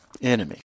enemy